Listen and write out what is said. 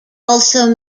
also